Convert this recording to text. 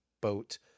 boat